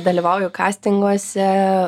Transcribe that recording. dalyvauju kastinguose